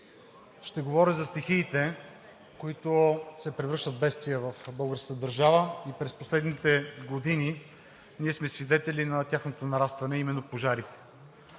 ще говоря за стихиите, които се превръщат в бедствие в българската държава и през последните години ние сме свидетели на тяхното нарастване, а именно пожарите.